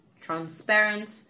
transparent